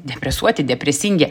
depresuoti depresingi